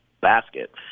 basket